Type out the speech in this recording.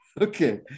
Okay